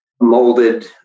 molded